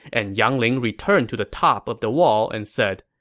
and yang ling returned to the top of the wall and said,